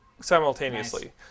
simultaneously